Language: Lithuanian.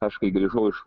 aš kai grįžau iš